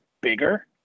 bigger